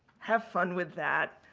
have fun with that.